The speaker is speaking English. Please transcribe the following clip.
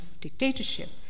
dictatorship